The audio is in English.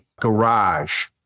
garage